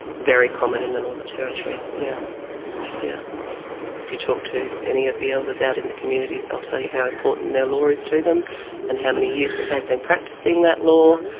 very common in the northern territory. yeah yeah if you you talk to any of the elders out in the communities they'll tell you how important their law is to them and how many years that they've been practising that law,